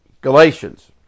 Galatians